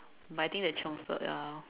but I think they chiongster ya